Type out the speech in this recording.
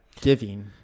giving